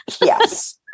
yes